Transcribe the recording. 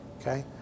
okay